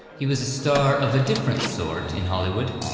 he was a star of a different sort in hollywood.